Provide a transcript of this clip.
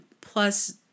Plus